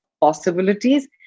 possibilities